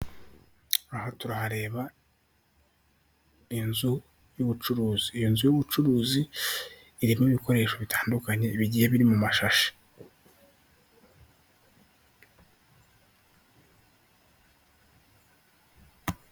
Aha turahareba inzu y'ubucuruzi, iyo nzu y'ubucuruzi irimo ibikoresho bitandukanye bigiye biri mu mashashi.